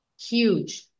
huge